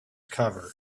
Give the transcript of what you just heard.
cover